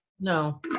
No